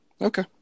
Okay